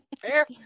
Fair